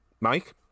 Mike